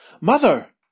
mother